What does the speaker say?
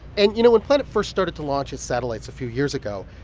and, you know, when planet first started to launch its satellites a few years ago,